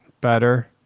better